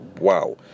wow